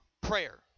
prayer